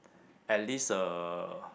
at least uh